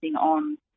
on